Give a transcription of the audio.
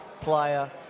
player